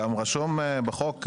גם רשום בחוק,